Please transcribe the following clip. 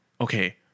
okay